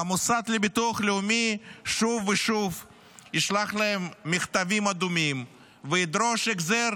והמוסד לביטוח לאומי שוב ושוב ישלח להם מכתבים אדומים וידרוש החזר